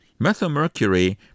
Methylmercury